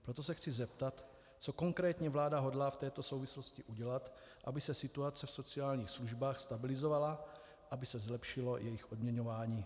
Proto se chci zeptat, co konkrétně vláda hodlá v této souvislosti udělat, aby se situace v sociálních službách stabilizovala, aby se zlepšilo jejich odměňování.